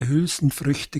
hülsenfrüchte